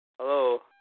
Hello